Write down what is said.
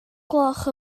gloch